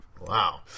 Wow